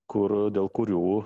kur dėl kurių